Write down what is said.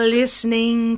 listening